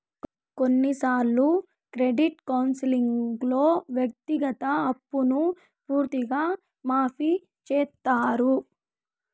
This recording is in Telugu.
కొన్నిసార్లు క్రెడిట్ కౌన్సిలింగ్లో వ్యక్తిగత అప్పును పూర్తిగా మాఫీ చేత్తారు